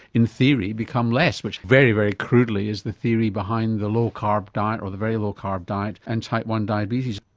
in theory, become less, which very, very crudely is the theory behind the low carb diet or the very low carb diet and type i diabetes.